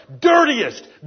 dirtiest